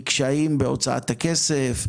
האם זה נובע מקשיים בהוצאת הכסף?